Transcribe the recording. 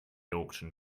auction